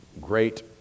great